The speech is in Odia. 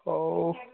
ହଉ